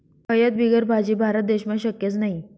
हयद बिगर भाजी? भारत देशमा शक्यच नही